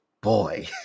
boy